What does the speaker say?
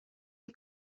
you